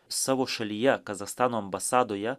savo šalyje kazachstano ambasadoje